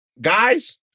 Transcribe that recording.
Guys